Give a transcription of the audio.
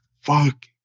fuck